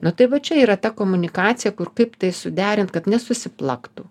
nu tai va čia yra ta komunikacija kur kaip tai suderint kad nesusiplaktų